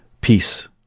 Peace